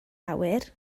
awyr